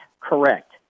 correct